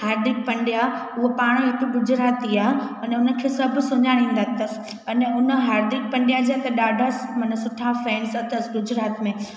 हार्दिक पंड्या उहो पाण ई बि गुजराती आ अने उन खे सभु सुञाणींदा अथसि अने उन हार्दिक पंड्या जा त ॾाढा माना सुठा फेन्स अथसि गुजरात में